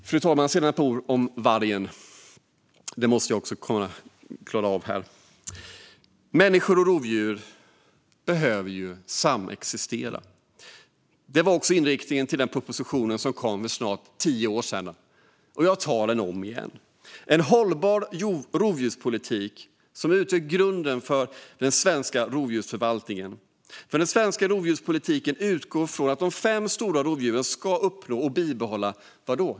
Fru talman! Jag vill också säga ett par ord om vargen. Människor och rovdjur behöver samexistera. Det var också inriktningen i den proposition som kom för snart tio år sedan. Jag tar det om igen. En hållbar rovdjurspolitik utgör grunden för den svenska rovdjursförvaltningen. Den svenska rovdjurspolitiken utgår från att de fem stora rovdjuren ska uppnå och bibehålla - vadå?